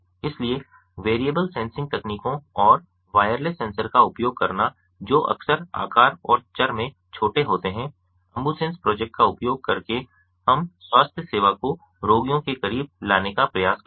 इसलिए variable sensing तकनीकों और वायरलेस सेंसर का उपयोग करना जो अक्सर आकार और चर में छोटे होते हैं अम्बुसेन्स प्रोजेक्ट का उपयोग करके हम स्वास्थ्य सेवा को रोगियों के करीब लाने का प्रयास करते हैं